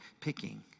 picking